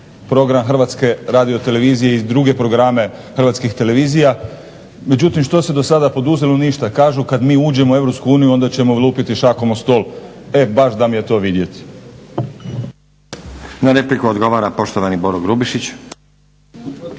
program HRT-a i druge programe hrvatskih televizija. Međutim što se do sada poduzelo, ništa. Kažu kad mi uđemo u Europsku uniju onda ćemo lupiti šakom o stol. E baš da mi je to vidjeti. **Stazić, Nenad (SDP)** Na repliku odgovara poštovani Boro Grubišić.